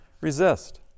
resist